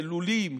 של לולים,